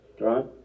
right